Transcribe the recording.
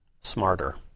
smarter